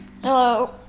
Hello